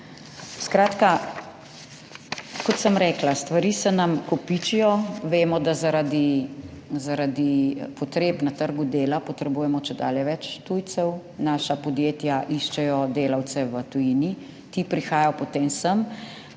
Skratka, kot sem rekla, stvari se nam kopičijo. Vemo, da zaradi potreb na trgu dela potrebujemo čedalje več tujcev, naša podjetja iščejo delavce v tujini, ti prihajajo potem sem.